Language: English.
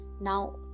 now